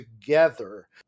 together